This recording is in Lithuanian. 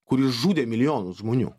kuris žudė milijonus žmonių